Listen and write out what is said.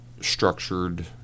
structured